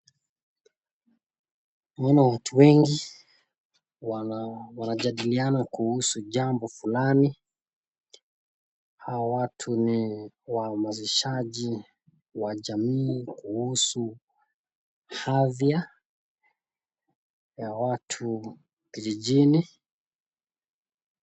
Naona watu wengi wanajadiliana kuhusu jambo fulani. Hawa watu ni waelimishaji wa jamii kuhusu afya ya watu kijijini.